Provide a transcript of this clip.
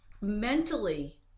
mentally